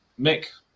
Mick